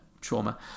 trauma